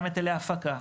גם היטלי הפקה,